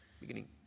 Beginning